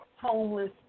homeless